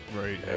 Right